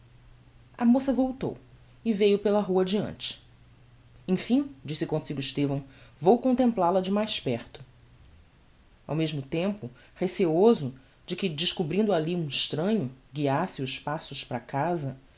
a moça voltou e veiu pela rua adiante emfim disse comsigo estevão vou contemplal a de mais perto ao mesmo tempo receioso de que descobrindo alli um extranho guiasse os passos para casa